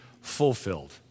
fulfilled